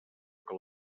que